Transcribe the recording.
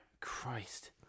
Christ